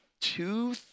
two